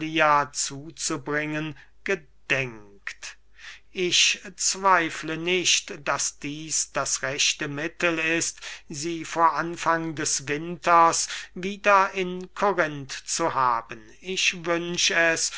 zuzubringen gedenkt ich zweifle nicht daß dieß das rechte mittel ist sie vor anfang des winters wieder in korinth zu haben ich wünsch es